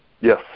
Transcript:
Yes